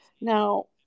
now